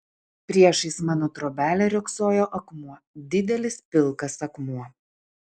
priešais mano trobelę riogsojo akmuo didelis pilkas akmuo